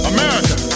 America